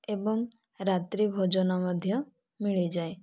ଏବଂ ରାତ୍ରି ଭୋଜନ ମଧ୍ୟ ମିଳିଯାଏ